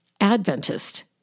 Adventist